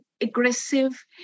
aggressive